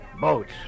Boats